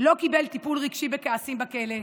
לא קיבל טיפול רגשי לכעסים בכלא.